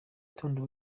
gitondo